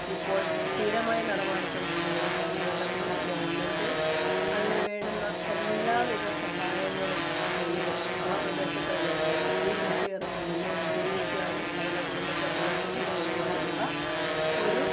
ഇപ്പോള് സ്ഥിരമായി നടമാടിക്കൊണ്ടിരിക്കുന്ന ഈ കാലഘട്ടത്തില് ഗവണ്മെൻറ്റ് അതിനു വേണ്ടുന്ന എല്ലാ വിധ സഹായങ്ങളും ചെയ്ത് ആ പ്രദേശത്തെ ജനങ്ങള്ക്ക് ഈ കൃഷി ഇറക്കി മുന്നോട്ട് ജീവിക്കുവാനും അവരുടെ കുടുംബത്തെ പുലര്ത്തി കൊണ്ട് പോകുവാനുമുള്ള ഒരു